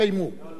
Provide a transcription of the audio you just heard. לא, לא.